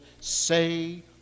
say